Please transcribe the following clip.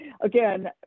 again